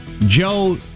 Joe